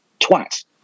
twat